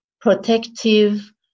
protective